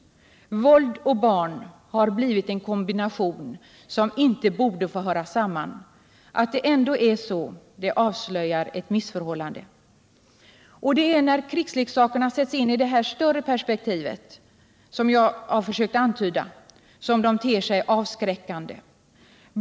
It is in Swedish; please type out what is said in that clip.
Barn och våld är en kombination som inte borde få finnas. Att den ändå gör det avslöjar ett missförhållande. Det är när krigsleksakerna sätts in i det större perspektiv som jag här försökt antyda som de ter sig avskräckande.